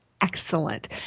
excellent